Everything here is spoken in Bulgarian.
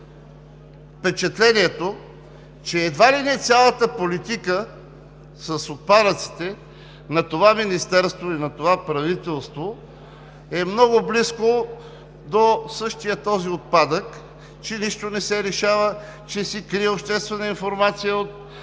впечатлението, че едва ли не цялата политика с отпадъците на това министерство и на това правителство е много близко до същия този отпадък, че нищо не се решава, че се крие обществена информация от